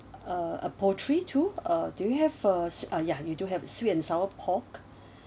uh uh poultry too uh do you have a uh ya you do have sweet and sour pork